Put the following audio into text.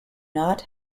not